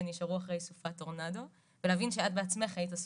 שנשארו אחרי סופת טורנדו ולהבין שאת בעצמך היית הסופה.